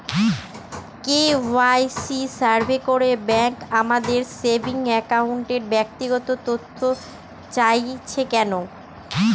KYC survey করে bank আমাদের saving অ্যাকাউন্টের ব্যক্তিগত তথ্য চাইছে কেন?